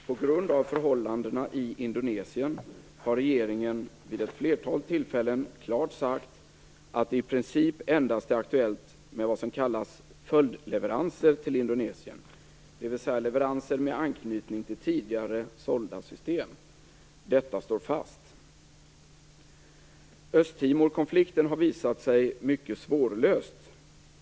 På grund av förhållandena i Indonesien har regeringen vid ett flertal tillfällen klart sagt att det i princip endast är aktuellt med vad som kallas följdleveranser till Indonesien, dvs. leveranser med anknytning till tidigare sålda system. Detta står fast. Östtimorkonflikten har visat sig mycket svårlöst.